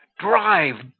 drive,